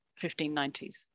1590s